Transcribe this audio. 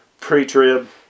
pre-trib